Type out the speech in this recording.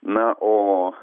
na o